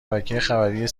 شبکهای